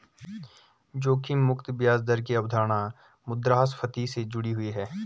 जोखिम मुक्त ब्याज दर की अवधारणा मुद्रास्फति से जुड़ी हुई है